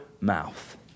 mouth